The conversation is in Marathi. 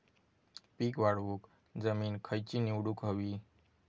पीक वाढवूक जमीन खैची निवडुक हवी?